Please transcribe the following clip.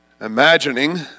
Imagining